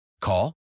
Call